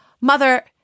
Mother